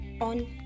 on